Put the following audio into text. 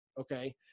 Okay